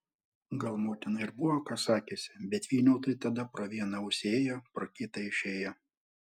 gal motina ir buvo ką sakiusi bet vyniautui tada pro vieną ausį įėjo pro kitą išėjo